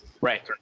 Right